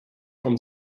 from